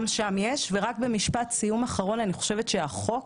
רק משפט סיום אחרון: החוק